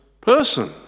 person